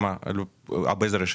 באיזה רשת?